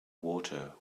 water